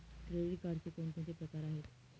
Credit कार्डचे कोणकोणते प्रकार आहेत?